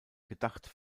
gedacht